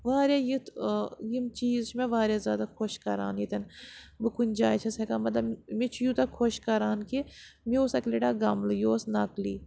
واریاہ یُتھ یِم چیٖز چھِ مےٚ واریاہ زیادٕ خۄش کَران ییٚتٮ۪ن بہٕ کُنہِ جایہِ چھَس ہٮ۪کان مطلب مےٚ چھُ یوٗتاہ خۄش کَران کہِ مےٚ اوس اَکہِ لَٹہِ غملہٕ یہِ اوس نَقلی